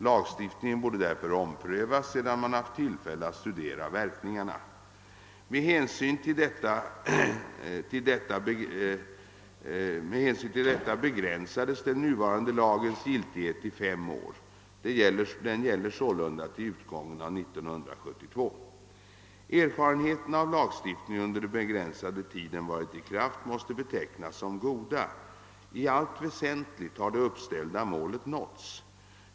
Lagstiftningen borde därför omprövas sedan man haft tillfälle att studera verkningarna. Med hänsyn till detta begränsades den nuvarande lagens giltighetstid till fem år. Den gäller sålunda till utgången av juni 1972. Erfarenheterna av lagstiftningen under den begränsade tid den varit i kraft måste betecknas som goda. I allt väsentligt har det uppställda målet nåtts.